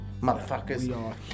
motherfuckers